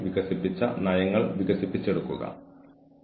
പക്ഷേ അത് നേടിയെടുക്കാവുന്നതായിരിക്കണം